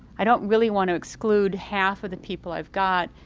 i don't really want to exclude half of the people i've got,